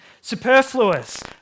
superfluous